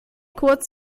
kurz